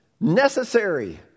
necessary